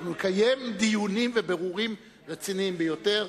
אנחנו נקיים דיונים ובירורים רציניים ביותר.